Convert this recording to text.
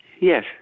Yes